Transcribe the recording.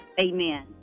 Amen